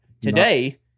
Today